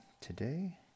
today